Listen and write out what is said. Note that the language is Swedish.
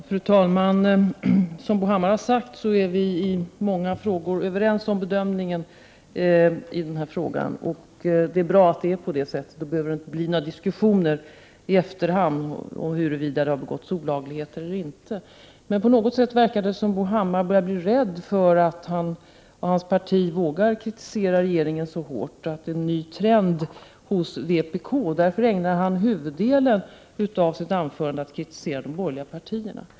Fru talman! Som Bo Hammar har sagt, är vi i mångt och mycket överens om bedömningen på den här punkten, och det är bra att det är på det sättet. Då behöver det inte bli några diskussioner i efterhand om huruvida det har begåtts olagligheter eller inte. Men på något sätt verkar det som om Bo Hammar börjar bli rädd för att han och hans parti vågat kritisera regeringen så hårt, att det är en ny trend hos vpk. Därför ägnade han huvuddelen av sitt anförande till att kritisera de borgerliga partierna.